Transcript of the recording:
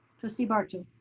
trustee barto.